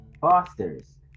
fosters